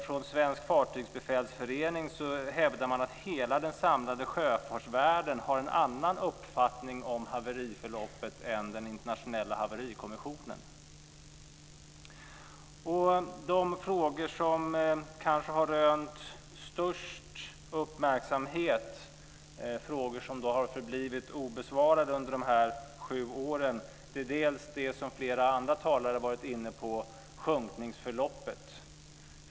Från Sveriges Fartygsbefälsförening hävdar man att hela den samlade sjöfartsvärlden har en annan uppfattning om haveriförloppet än den internationella haverikommissionen har. De frågor som kanske har rönt störst uppmärksamhet är frågor som har förblivit obesvarade under dessa sju år. Det gäller delvis det som flera andra talare har varit inne på, dvs. sjunkningsförloppet.